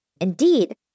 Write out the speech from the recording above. Indeed